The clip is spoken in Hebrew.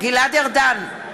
גלעד ארדן,